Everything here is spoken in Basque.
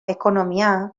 ekonomia